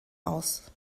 aus